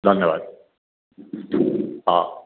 ଧନ୍ୟବାଦ ହଁ